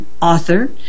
author